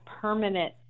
permanent